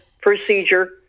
procedure